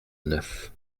neuf